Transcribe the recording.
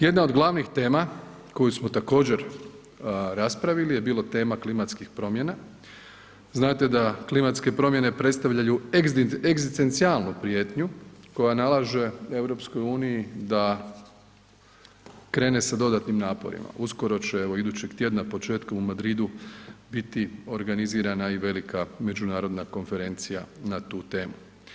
Jedna od glavnih tema koju smo također raspravili je bilo tema klimatskih promjena, znate da klimatske promjene predstavljaju egzistencijalnu prijetnju koja nalaže EU da krene sa dodatnim naporima, uskoro će evo idućeg tjedna početkom u Madridu biti organizirana i velika Međunarodna konferencija na tu temu.